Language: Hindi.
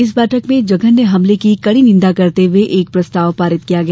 इस बैठक में जघन्य हमले की कड़ी निंदा करते हुए एक प्रस्ताव पारित किया गया